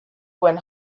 when